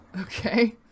Okay